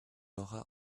n’aura